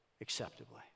acceptably